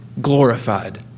glorified